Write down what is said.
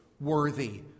worthy